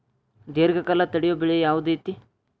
ದೇರ್ಘಕಾಲ ತಡಿಯೋ ಬೆಳೆ ಯಾವ್ದು ಐತಿ?